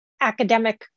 academic